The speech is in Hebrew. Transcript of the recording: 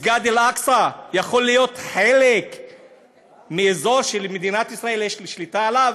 מסגד אל-אקצא יכול להיות חלק מאזור שלמדינת ישראל יש שליטה עליו?